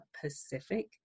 Pacific